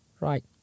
Right